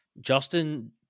Justin